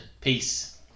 Peace